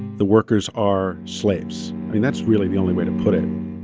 the workers are slaves. i mean, that's really the only way to put it.